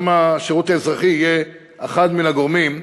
גם השירות האזרחי יהיה אחד מן הגורמים.